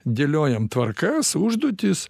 dėliojam tvarkas užduotis